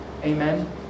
Amen